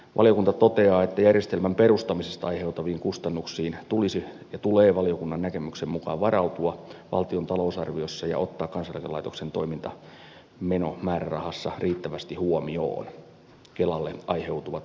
valiokunta toteaa että järjestelmän perustamisesta aiheutuviin kustannuksiin tulisi ja tulee valiokunnan näkemyksen mukaan varautua valtion talousarviossa ja kansaneläkelaitoksen toimintamenomäärärahassa ottaa riittävästi huomioon kelalle aiheutuvat investointikustannukset